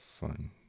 Fun